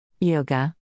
Yoga